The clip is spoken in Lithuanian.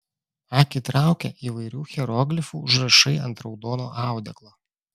akį traukia įvairių hieroglifų užrašai ant raudono audeklo